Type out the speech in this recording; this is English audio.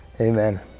amen